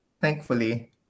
thankfully